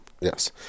Yes